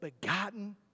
begotten